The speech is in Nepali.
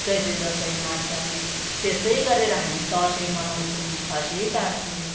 चैते दसैँ मान्छन् त्यस्तै गरेर हामी दसैँ मनाउँछौँ खसी काट्छौँ